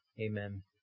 Amen